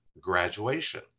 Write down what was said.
graduation